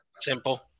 simple